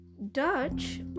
Dutch